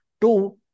two